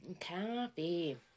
Coffee